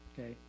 okay